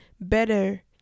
better